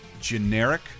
Generic